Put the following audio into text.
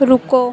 रुको